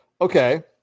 Okay